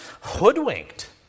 hoodwinked